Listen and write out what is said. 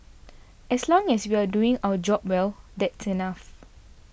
as long as we're doing our job well that's enough